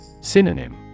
Synonym